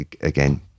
again